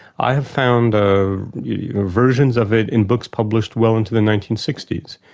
i have found ah versions of it in books published well into the nineteen sixty s.